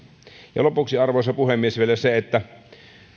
lopuksi arvoisa puhemies vielä se että